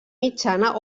mitjana